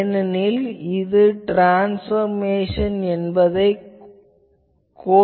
ஏனெனில் இந்த ட்ரான்ஸ்பர்மேஷன் இதைக் கோருகிறது